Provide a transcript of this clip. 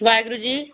Waheguru ji